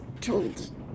told